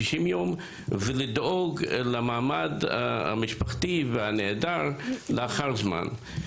ימים ולדאוג למעמד משפחת הנעדר לאחר זמן.